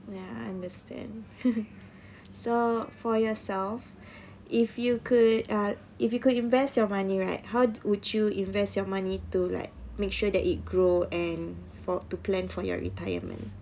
ya understand so for yourself if you could uh if you could invest your money right how would you invest your money to like make sure that it grow and for to plan for your retirement